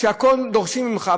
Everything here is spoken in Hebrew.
הכול דורשים ממך,